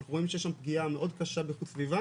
אנחנו רואים שיש שם פגיעה מאוד קשה באיכות סביבה